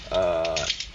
err